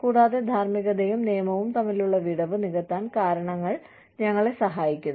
കൂടാതെ ധാർമ്മികതയും നിയമവും തമ്മിലുള്ള വിടവ് നികത്താൻ കാരണങ്ങൾ ഞങ്ങളെ സഹായിക്കുന്നു